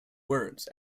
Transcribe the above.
words